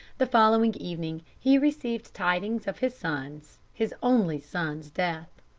the following evening he received tidings of his son's his only son's death.